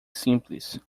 simples